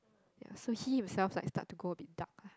ya so he himself like start to go a bit dark ah